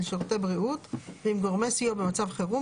שירותי בריאות ועם גורמי סיוע במצב חירום,